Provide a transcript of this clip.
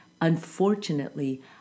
Unfortunately